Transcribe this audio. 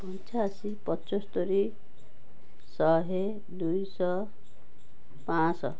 ପଞ୍ଚାଅଶୀ ପଚସ୍ତରୀ ଶହେ ଦୁଇଶହ ପାଁଶହ